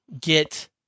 get